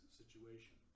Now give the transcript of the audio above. situation